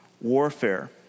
warfare